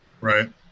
Right